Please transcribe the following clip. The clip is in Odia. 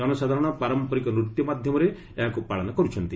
ଜନସାଧାରଣ ପାରମ୍ପରିକ ନୃତ୍ୟ ମାଧ୍ୟମରେ ଏହାକୁ ପାଳନ କରୁଛନ୍ତି